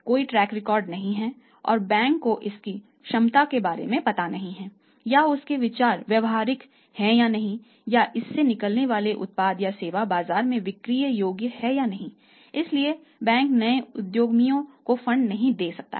कोई track record नहीं है और बैंक को इसकी क्षमता के बारे में पता नहीं है या उसके विचार व्यावहारिक हैं या नहीं या इससे निकलने वाले उत्पाद या सेवा बाजार में बिक्री योग्य है या नहीं इसलिए बैंक नए उद्यमियों को फंड नहीं दे सकता है